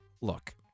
Look